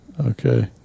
Okay